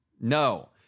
No